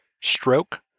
stroke